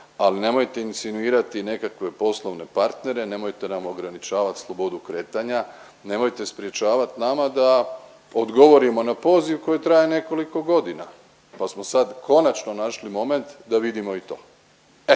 ali nemojte insinuirati nekakve poslovne partnere, nemojte nam ograničavat slobodu kretanja, nemojte sprječavat nama da odgovorimo na poziv koji traje nekoliko godina pa smo sad konačno našli moment da vidimo i to.